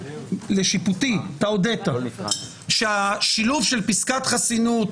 לשיפוטי אתה הודית שהשילוב של פסקת חסינות,